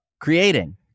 creating